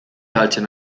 galtzen